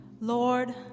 Lord